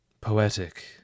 poetic